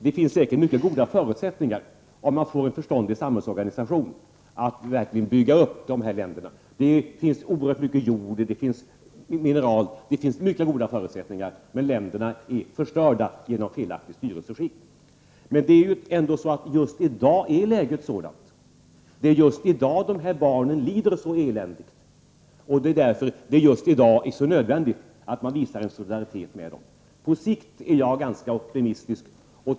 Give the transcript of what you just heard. Det finns säkert mycket goda förutsättningar, om man får en förståndig samhällsorganisation, att verkligen bygga upp de här länderna. Det finns t.ex. oerhört mycket jord och mineral. Men länderna är förstörda genom felaktigt styrelseskick. Men just i dag är läget ändå sådant — det är just i dag de här barnen lider så eländigt, och därför är det just i dag så nödvändigt att man visar solidaritet med dem. På sikt är jag ganska optimistisk.